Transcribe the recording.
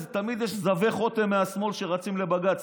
תמיד יש זבי חוטם שרצים לבג"ץ.